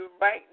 right